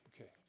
Okay